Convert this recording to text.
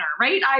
Right